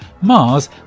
Mars